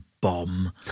bomb